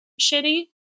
shitty